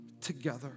together